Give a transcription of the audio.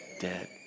dead